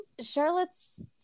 Charlotte's